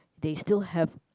they still have